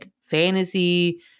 fantasy